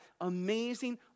amazing